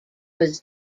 was